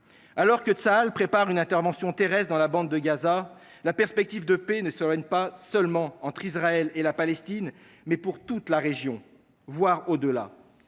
Alors que Tsahal prépare une intervention terrestre dans la bande de Gaza, la perspective de paix s’éloigne non seulement pour Israël et la Palestine, mais pour toute la région, voire au delà.